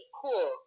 cool